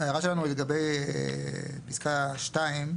ההערה שלנו היא לגבי פסקה (2),